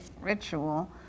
ritual